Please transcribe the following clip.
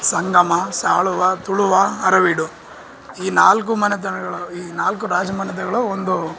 ಸಂಗಮ ಸಾಳುವ ತುಳುವ ಅರವೀಡು ಈ ನಾಲ್ಕು ಮನೆತನಗಳು ಈ ನಾಲ್ಕು ರಾಜ ಮನೆತಗಳು ಒಂದು